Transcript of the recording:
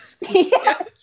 Yes